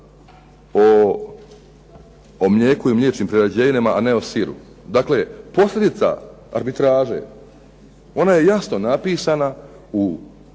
o mlijeku i mliječnim prerađevinama, a ne o siru. Dakle, posljedica arbitraže, ona je jasno napisana u